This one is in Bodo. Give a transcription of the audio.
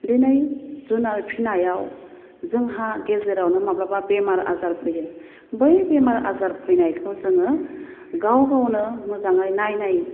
दिनै जुनार फिसिनायाव जोंहा गेजेरावनो माब्लाबा बेमार आजार फैयो बै बेमार आजार फैनायखौ जोङो गाव गावनो मोजाङै नायनाय